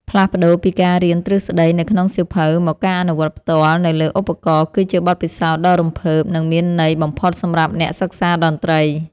ផ្លាស់ប្តូរពីការរៀនទ្រឹស្តីនៅក្នុងសៀវភៅមកការអនុវត្តផ្ទាល់នៅលើឧបករណ៍គឺជាបទពិសោធន៍ដ៏រំភើប និងមានន័យបំផុតសម្រាប់អ្នកសិក្សាតន្ត្រី។